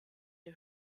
der